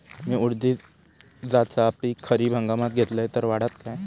मी उडीदाचा पीक खरीप हंगामात घेतलय तर वाढात काय?